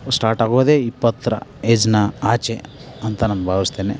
ಸ್ಟಾರ್ಟಾಗೋದೆ ಇಪ್ಪತರ ಏಜ್ನ ಆಚೆ ಅಂತ ನಾನು ಭಾವಿಸ್ತೇನೆ